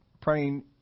praying